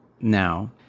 now